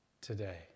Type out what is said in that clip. today